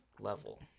level